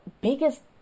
biggest